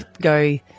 go